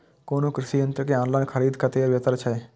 कोनो कृषि यंत्र के ऑनलाइन खरीद कतेक बेहतर छै?